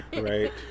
Right